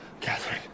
Catherine